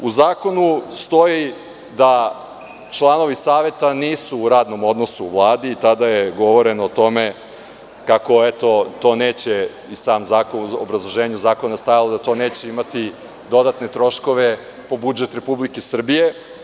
U zakonu stoji da članovi saveta nisu u radnom odnosu u Vladi i tada je govoreno o tome i u obrazloženju zakona je stajalo da to neće imati dodatne troškove po budžet Republike Srbije.